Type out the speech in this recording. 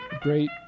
great